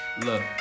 Look